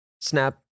Snap